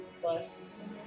plus